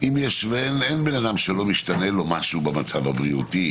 אין אדם שלא משתנה לו משהו במצב הבריאותי